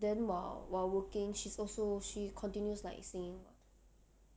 then while while working she's also she continues like singing [what]